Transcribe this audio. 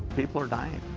people are dying,